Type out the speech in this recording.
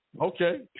Okay